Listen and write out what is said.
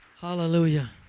Hallelujah